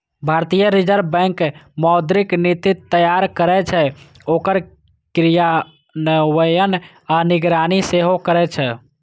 भारतीय reserve bank मौद्रिक नीति तैयार करै छै, ओकर क्रियान्वयन आ निगरानी सेहो करै छै